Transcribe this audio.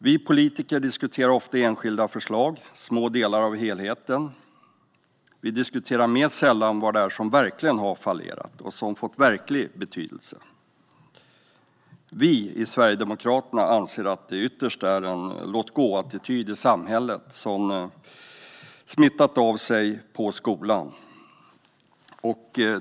Vi politiker diskuterar ofta enskilda förslag, små delar av en helhet. Vi diskuterar mer sällan vad som verkligen har fallerat och vad som har fått verklig betydelse. Sverigedemokraterna anser att det ytterst beror på en låtgåattityd i samhället som har smittat av sig på skolan.